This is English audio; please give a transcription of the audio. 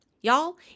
Y'all